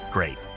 Great